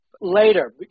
Later